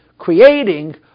creating